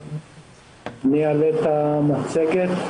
אעלה את המצגת.